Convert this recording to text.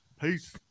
Peace